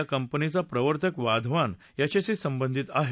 या कंपनीचा प्रवर्तक वाधवान याच्याशी संबंधित आहे